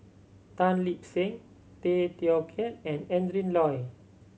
Tan Lip Seng Tay Teow Kiat and Adrin Loi